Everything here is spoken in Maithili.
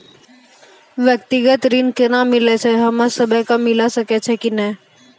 व्यक्तिगत ऋण केना मिलै छै, हम्मे सब कऽ मिल सकै छै कि नै?